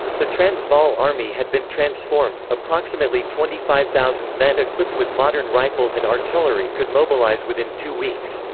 the transvaal army had been transformed approximately twenty five thousand men equipped with modern rifles and artillery could mobilise within two weeks.